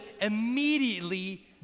immediately